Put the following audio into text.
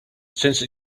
since